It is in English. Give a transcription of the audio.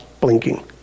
blinking